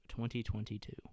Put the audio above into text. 2022